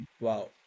Wow